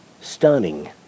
stunning